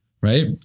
right